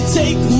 take